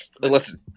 listen